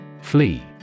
Flee